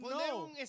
no